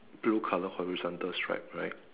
blue colour horizontal stripe right